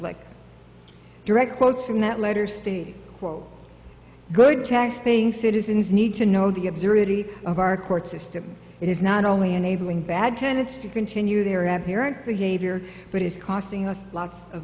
slick direct quotes from that letter stating quote good taxpaying citizens need to know the absurdity of our court system that is not only enabling bad tenets to continue their aberrant behavior but is costing us lots of